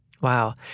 Wow